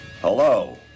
Hello